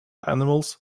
animals